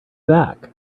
back